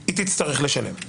היא תצטרך לשלם.